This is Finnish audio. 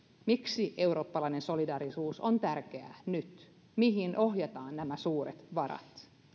miksi eurooppalainen solidaarisuus on tärkeää nyt mihin ohjataan nämä suuret varat